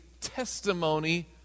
testimony